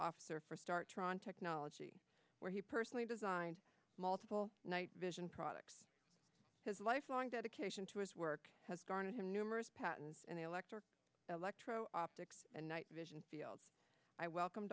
officer for star tron technology where he personally designed multiple night vision products his lifelong dedication to his work has garnered him numerous patents and electric electro optics and night vision fields i welcome